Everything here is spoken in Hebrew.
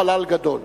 חלל גדול.